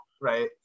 right